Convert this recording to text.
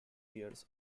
years